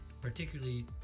particularly